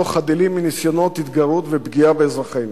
לא חדלים מניסיונות התגרות ופגיעה באזרחינו.